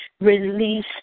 release